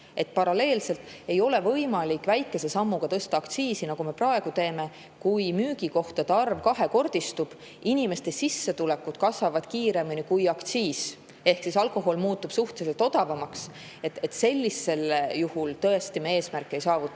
ei piisa. Ei ole võimalik nii, et me väikese sammuga tõstame aktsiisi, nagu me praegu teeme, samas aga müügikohtade arv kahekordistub, inimeste sissetulekud kasvavad kiiremini kui aktsiis, ehk siis alkohol muutub suhteliselt odavamaks. Sellisel juhul tõesti me eesmärke ei saavuta.